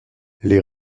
les